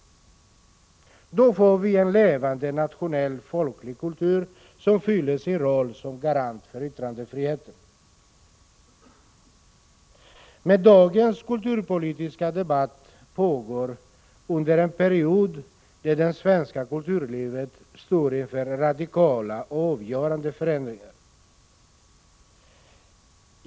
Då får vi en levande nationell folklig kultur som fyller sin roll som garant för yttrandefriheten. Men dagens kulturpolitiska debatt pågår under en period där det svenska kulturlivet står inför radikala och avgörande förändringar.